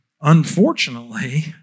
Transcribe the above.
Unfortunately